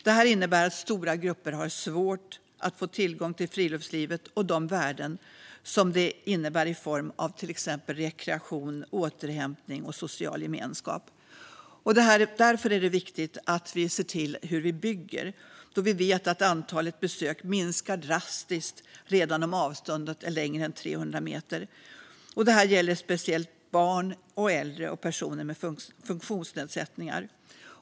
Det här innebär att stora grupper har svårt att få tillgång till friluftslivet och de värden som det innebär i form av till exempel rekreation, återhämtning och social gemenskap. Därför är det viktigt att se på hur vi bygger. Vi vet nämligen att antalet besök minskar drastiskt redan om avståndet är längre än 300 meter. Detta gäller speciellt barn, äldre och personer med funktionsnedsättningar.